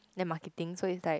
then marketing so it's like